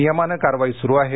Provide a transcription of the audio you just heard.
नियमाने कारवाई सुरू आहे